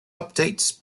updates